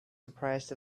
surprised